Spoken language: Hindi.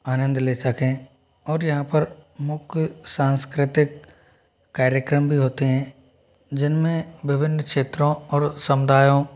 आनंद ले सकें और यहाँ पर मुख्य सांस्कृतिक कार्यक्रम भी होते हैं जिन में विभिन्न क्षेत्रों और समुदायों